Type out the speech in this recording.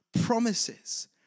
promises